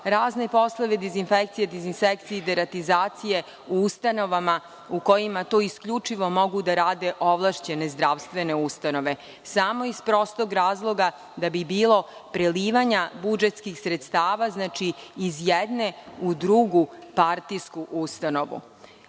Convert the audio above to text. razne poslove dezinfekcije, dizinsekcije i deratizacije u ustanovama u kojima tu isključivo mogu da rade ovlašćene zdravstvene ustanove. Samo iz prostog razloga da bi bilo prelivanja budžetskih sredstava iz jedne u drugu partijsku ustanovu. To